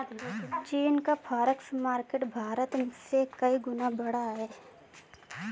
चीन का forex market Bharat से कई गुना बड़ा है